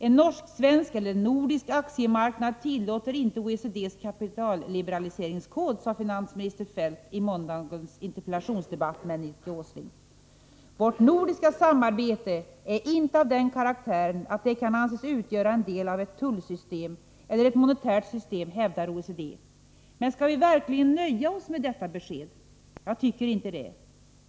En svensk-norsk eller nordisk aktiemarknad tillåter inte OECD:s kapitalliberaliseringskod, sade finansminister Feldt i måndagens interpellationsdebatt med Nils G. Åsling. Vårt nordiska samarbete är inte av den karaktären att det kan anses utgöra en del av ett tullsystem eller ett monetärt system, hävdar OECD. Men skall vi verkligen nöja oss med detta besked? Jag tycker inte det.